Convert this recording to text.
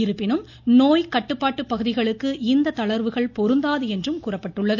இருப்பினும் நோய்க் கட்டுப்பாட்டு பகுதிகளுக்கு இந்த தளர்வுகள் பொருந்தாது என்றும் கூறப்பட்டுள்ளது